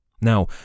Now